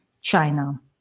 China